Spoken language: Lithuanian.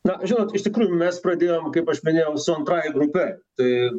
na žinot iš tikrųjų mes pradėjom kaip aš minėjau su antrąja grupe tai